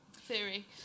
theory